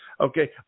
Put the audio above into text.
Okay